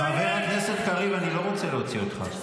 --- חבר הכנסת קריב, אני לא רוצה להוציא אותך.